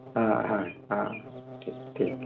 ᱴᱷᱤᱠ ᱴᱷᱤᱠ